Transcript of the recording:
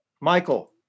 Michael